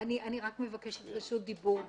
אני רק מבקשת רשות דיבור במליאה.